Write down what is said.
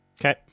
Okay